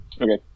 Okay